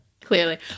Clearly